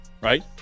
Right